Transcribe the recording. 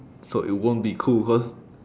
so it won't be cool cause